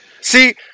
See